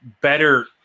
better